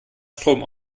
strom